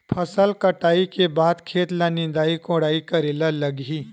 फसल कटाई के बाद खेत ल निंदाई कोडाई करेला लगही?